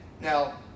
Now